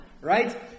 Right